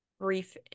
brief